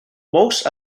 most